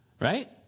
Right